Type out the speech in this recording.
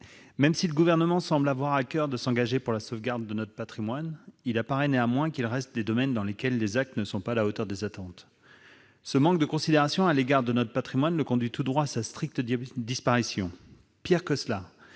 même si le Gouvernement semble avoir à coeur de s'engager pour la sauvegarde de notre patrimoine, il apparaît néanmoins qu'il reste des domaines dans lesquels les actes ne sont pas à la hauteur des attentes. Ce manque de considération à l'égard de notre patrimoine le conduit tout droit à sa stricte disparition. Pire, cette